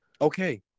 Okay